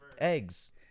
Eggs